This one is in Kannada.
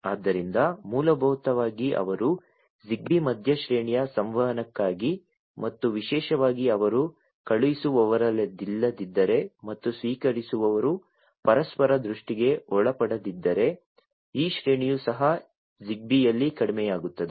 ಆದ್ದರಿಂದ ಮೂಲಭೂತವಾಗಿ ಅವರು Zigbee ಮಧ್ಯ ಶ್ರೇಣಿಯ ಸಂವಹನಕ್ಕಾಗಿ ಮತ್ತು ವಿಶೇಷವಾಗಿ ಅವರು ಕಳುಹಿಸುವವರಲ್ಲದಿದ್ದರೆ ಮತ್ತು ಸ್ವೀಕರಿಸುವವರು ಪರಸ್ಪರರ ದೃಷ್ಟಿಗೆ ಒಳಪಡದಿದ್ದರೆ ಈ ಶ್ರೇಣಿಯು ಸಹ ಜಿಗ್ಬೀಯಲ್ಲಿ ಕಡಿಮೆಯಾಗುತ್ತದೆ